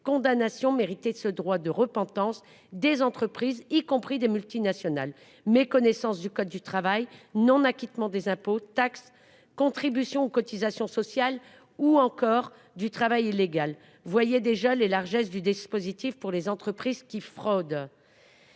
condamnations mérité de ce droit de repentance des entreprises y compris des multinationales méconnaissance du code du travail non acquittement des impôts taxes contribution aux cotisations sociales ou encore du travail illégal. Voyez déjà les largesses du dispositif pour les entreprises qui fraudent.